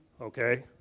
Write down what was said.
Okay